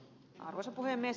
arvoisa puhemies